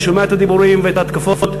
אני שומע את הדיבורים ואת ההתקפות,